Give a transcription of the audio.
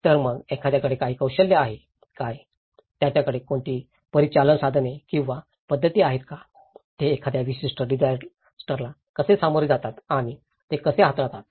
तर मग त्यांच्याकडे काही कौशल्य आहे काय त्यांच्याकडे कोणतीही परिचालन साधने किंवा पद्धती आहेत का ते एखाद्या विशिष्ट डिजास्टरला कसे सामोरे जातात आणि ते कसे हाताळतात